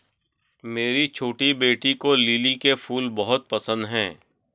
मेरी छोटी बेटी को लिली के फूल बहुत पसंद है